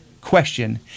Question